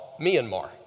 Myanmar